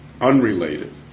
unrelated